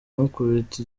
amukubita